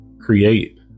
create